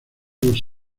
los